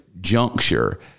juncture